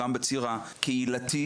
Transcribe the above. גם בציר הקהילתי.